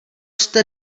jste